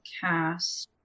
cast